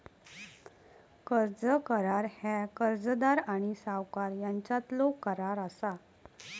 कर्ज करार ह्या कर्जदार आणि सावकार यांच्यातलो करार असा